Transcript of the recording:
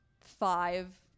five